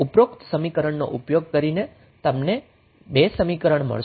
ઉપરોક્ત સમીકરણનો ઉપયોગ કરીને તમને 2 સમીકરણો મળશે